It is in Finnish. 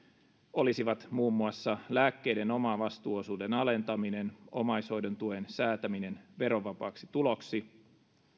olisivat muun muassa lääkkeiden omavastuuosuuden alentaminen omaishoidontuen säätäminen verovapaaksi tuloksi